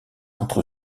entre